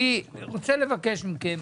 אני רוצה לבקש מכם,